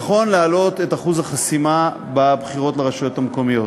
נכון להעלות את אחוז החסימה בבחירות לרשויות המקומיות,